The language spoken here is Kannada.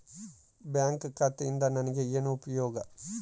ಬ್ಯಾಂಕ್ ಖಾತೆಯಿಂದ ನನಗೆ ಏನು ಉಪಯೋಗ?